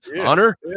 Honor